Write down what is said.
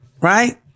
right